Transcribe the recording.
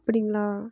அப்படிங்களா